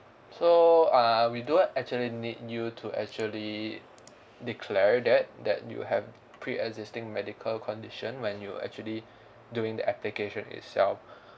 so err we do actually need you to actually declare that that you have pre-existing medical condition when you actually doing the application itself